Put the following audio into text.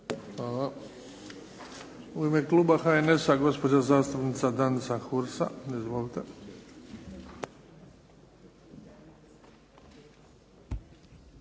Hvala. U ime kluba HNS-a, gospođa zastupnica Danica Hursa. Izvolite. **Hursa,